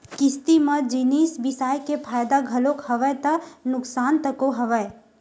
किस्ती म जिनिस बिसाय के फायदा घलोक हवय ता नुकसान तको हवय